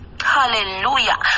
hallelujah